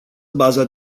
baza